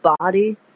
body